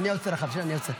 עשר, ידעתי.